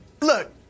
Look